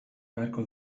beharko